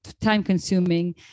time-consuming